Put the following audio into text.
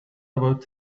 about